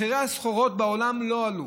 מחירי הסחורות בעולם לא עלו.